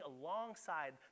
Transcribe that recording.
alongside